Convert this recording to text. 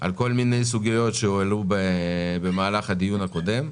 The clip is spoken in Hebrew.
על כל מיני סוגיות שהועלו במהלך הדיון הקודם,